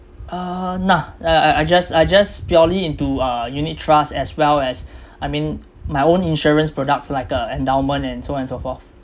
uh nah uh uh just uh just purely into uh unit trust as well as I mean my own insurance products like uh endowment and so on and so forth